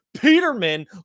Peterman